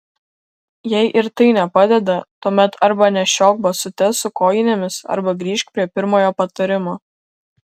jei ir tai nepadeda tuomet arba nešiok basutes su kojinėmis arba grįžk prie pirmojo patarimo